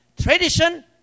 tradition